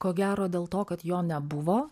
ko gero dėl to kad jo nebuvo